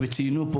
ציינו פה,